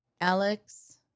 Alex